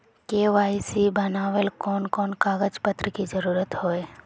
KYC बनावेल कोन कोन कागज पत्र की जरूरत होय है?